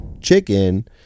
chicken